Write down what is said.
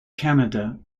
canada